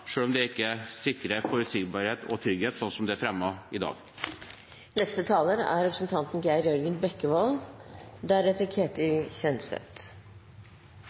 om det ikke sikrer forutsigbarhet og trygghet slik det er fremmet i dag. Jeg er